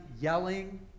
yelling